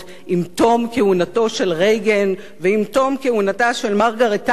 עם תום כהונתו של רייגן ועם תום כהונתה של מרגרט תאצ'ר.